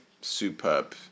Superb